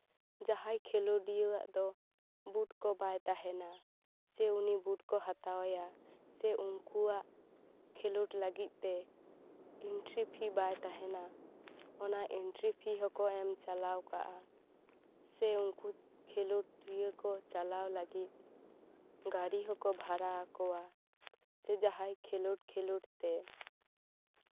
ᱡᱟᱦᱟᱸ ᱠᱷᱮᱞᱳᱰᱤᱭᱟᱹ ᱟᱜ ᱫᱚ ᱵᱩᱠ ᱵᱟᱭ ᱛᱟᱦᱮᱱᱟ ᱩᱱᱤ ᱵᱩᱴ ᱠᱚ ᱦᱟᱛᱟᱣ ᱟᱭᱟ ᱥᱮ ᱩᱱᱠᱩᱣᱟᱜ ᱠᱷᱮᱞᱳᱰ ᱞᱟᱹᱜᱤᱫ ᱛᱮ ᱤᱱᱴᱨᱤ ᱯᱷᱤ ᱵᱟᱭ ᱛᱟᱦᱮᱱᱟ ᱚᱱᱟ ᱮᱱᱴᱨᱤ ᱯᱷᱤ ᱦᱚᱸ ᱠᱚ ᱮᱢ ᱪᱟᱞᱟᱣ ᱠᱚᱜᱼᱟ ᱥᱮ ᱩᱱᱠᱩ ᱠᱷᱮᱞᱳᱰᱤᱭᱟᱹ ᱠᱚ ᱪᱟᱞᱟᱣ ᱞᱟ ᱜᱤᱫ ᱜᱟ ᱰᱤ ᱦᱚᱸᱠᱚ ᱵᱷᱟᱲᱟ ᱟᱠᱚᱣᱟ ᱥᱮ ᱡᱟᱦᱟᱸᱭ ᱠᱷᱮᱞᱳᱰ ᱠᱷᱮᱞᱳᱰ ᱛᱮ